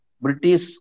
British